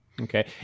Okay